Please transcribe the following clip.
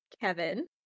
Kevin